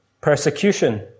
Persecution